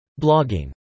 Blogging